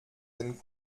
den